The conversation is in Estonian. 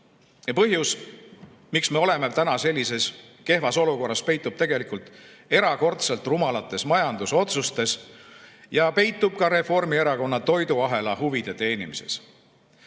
põhjus, miks me oleme täna sellises kehvas olukorras, peitub tegelikult erakordselt rumalates majandusotsustes ja peitub ka Reformierakonna toiduahela huvide teenimises.